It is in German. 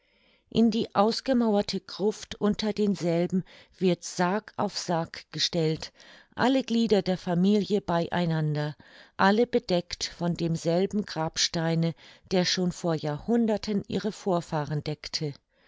in die ausgemauerte gruft unter denselben wird sarg auf sarg gestellt alle glieder der familie bei einander alle bedeckt von demselben grabsteine der schon vor jahrhunderten ihre vorfahren deckte